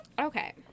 Okay